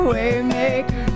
Waymaker